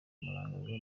mnangagwa